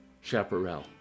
Chaparral